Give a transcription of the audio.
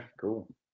cool